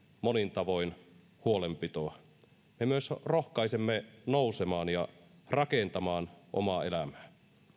monin tavoin huolenpitoa me myös rohkaisemme nousemaan ja rakentamaan omaa elämää